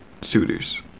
Suitors